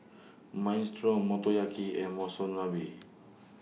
Minestrone Motoyaki and Monsunabe